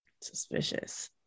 Suspicious